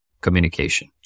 communication